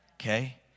Okay